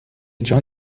جان